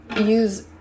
use